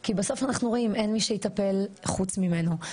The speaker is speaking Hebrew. כי בסוף אנחנו רואים, אין מי שיטפל חוץ ממנו.